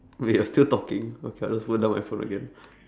wait you're still talking okay put down my phone again